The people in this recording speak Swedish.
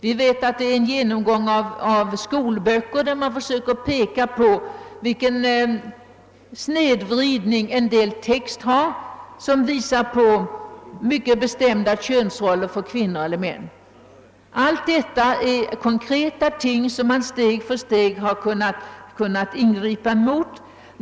Vid en genomgång av skolböckerna har man vidare sökt påvisa snedvriden text, som anger mycket bestämda könsroller för kvinnor och män. Allt detta är konkreta ting, som det steg för steg har gått att ingripa mot.